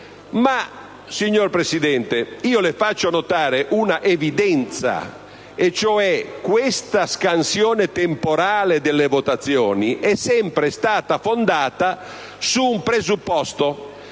ma, signor Presidente, le faccio notare un'evidenza, e cioè che la scansione temporale delle votazioni è sempre stata fondata sul presupposto